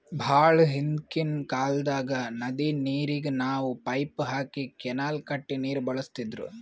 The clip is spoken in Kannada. ಭಾಳ್ ಹಿಂದ್ಕಿನ್ ಕಾಲ್ದಾಗ್ ನದಿ ನೀರಿಗ್ ನಾವ್ ಪೈಪ್ ಹಾಕಿ ಕೆನಾಲ್ ಕಟ್ಟಿ ನೀರ್ ಬಳಸ್ತಿದ್ರು